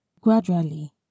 Gradually